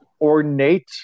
ornate